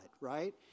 right